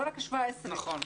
לא רק 17. נכון.